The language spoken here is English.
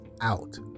out